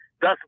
thus